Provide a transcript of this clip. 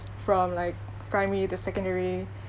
from like primary to secondary